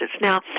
Now